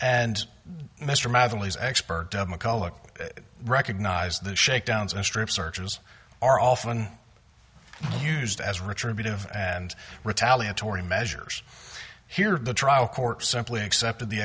leaves experts recognise the shakedowns and strip searches are often used as rich or abusive and retaliatory measures here the trial court simply accepted the